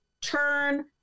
turn